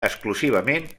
exclusivament